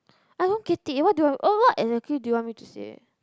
I don't get it what do you want oh what exactly do you want me to say